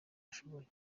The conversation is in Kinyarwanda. ashoboye